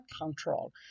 control